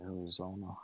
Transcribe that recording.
Arizona